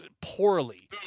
poorly